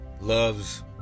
loves